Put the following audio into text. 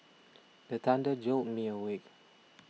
the thunder jolt me awake